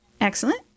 Excellent